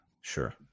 Sure